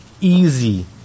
easy